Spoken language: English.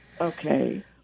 Okay